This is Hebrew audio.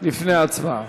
לפני ההצבעה.